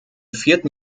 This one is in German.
vierten